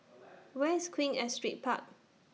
Where IS Queen Astrid Park